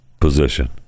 position